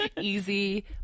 easy